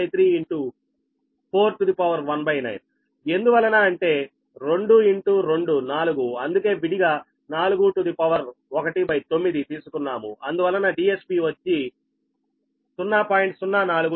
123 19 ఎందువలన అంటే 2 ఇంటూ 2 4 అందుకే విడిగా 19 తీసుకున్నాము అందువలన DSB వచ్చి 0